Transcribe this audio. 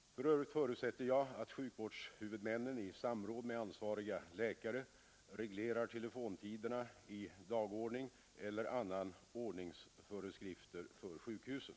För övrigt förutsätter jag att sjukvårdshuvudmännen i samråd med ansvariga läkare reglerar telefontiderna i dagordning eller andra ordningsföreskrifter för sjukhusen.